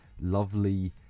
lovely